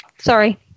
Sorry